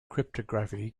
cryptography